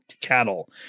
cattle